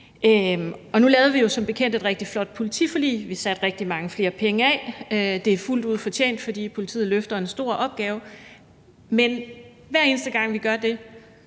Nu lavede vi jo som bekendt et rigtig flot politiforlig, og vi satte rigtig mange flere penge af. Det er fuldt ud fortjent, for politiet løfter en stor opgave. Men hver eneste gang, vi gør det,